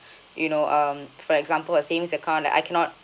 you know um for example the saving account like I cannot